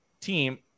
team